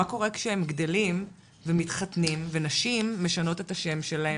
מה קורה כשהם גדלים ומתחתנים ונשים משנות את השם שלהן?